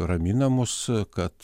ramina mus kad